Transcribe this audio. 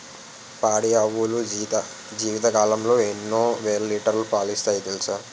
పాడి ఆవులు జీవితకాలంలో ఎన్నో వేల లీటర్లు పాలిస్తాయి తెలుసా